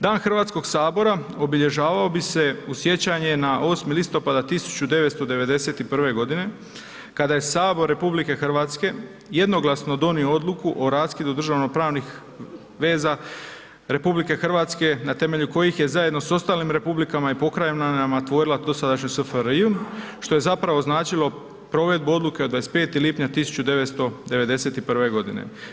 Dan Hrvatskog sabora obilježavao bi se u sjećanje na 8. listopada 1991. godine kada je Sabor RH jednoglasno donio odluku o raskidu državnopravnih veza RH na temelju kojih je zajedno sa ostalim republikama i pokrajinama tvorila dosadašnju SFRJ što je zapravo značilo provedbu odluke od 25. lipnja 1991. godine.